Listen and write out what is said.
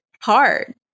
hard